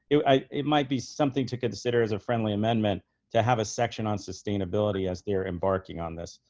it might it might be something to consider as a friendly amendment to have a section on sustainability as they're embarking on this.